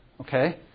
Okay